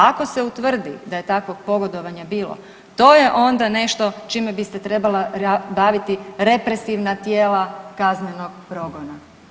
Ako se utvrdi da je takvog pogodovanja bilo to je onda nešto čime bi se trebala baviti represivna tijela kaznenog progona.